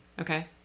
Okay